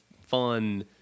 fun